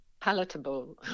palatable